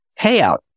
payout